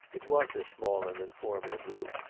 it was a small and informal group,